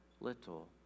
little